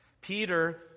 Peter